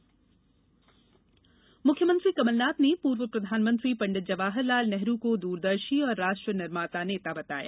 Nehru seminar मुख्यमंत्री कमलनाथ ने पूर्व प्रधानमंत्री पंडित जवाहरलाल नेहरू को दूरदर्शी और राष्ट्र निर्माता नेता बताया